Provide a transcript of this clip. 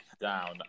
down